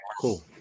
Cool